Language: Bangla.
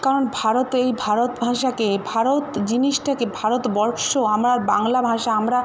কারণ ভারত এই ভারত ভাষাকে ভারত জিনিসটাকে ভারতবর্ষ আমার বাংলা ভাষা আমরা